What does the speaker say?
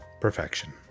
perfection